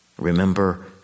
Remember